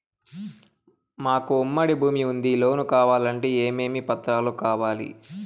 మాకు ఉమ్మడి భూమి ఉంది లోను కావాలంటే ఏమేమి పత్రాలు కావాలి?